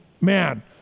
man